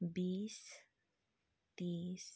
बिस तिस